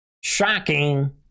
Shocking